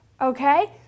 okay